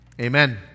Amen